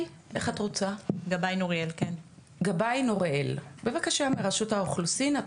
נוריאל מרשות האוכלוסין וההגירה.